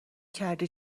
کردی